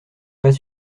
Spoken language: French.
pas